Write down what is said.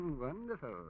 Wonderful